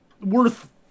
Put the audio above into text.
worth